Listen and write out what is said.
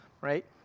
right